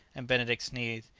and benedict sneezed.